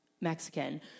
Mexican